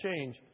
change